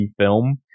film